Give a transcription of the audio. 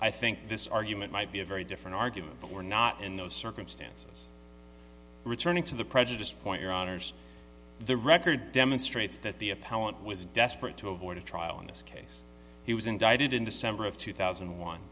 i think this argument might be a very different argument but we're not in those circumstances returning to the prejudiced point your honour's the record demonstrates that the appellant was desperate to avoid a trial in this case he was indicted in december of two thousand and one